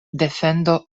defendo